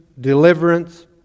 deliverance